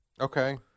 Okay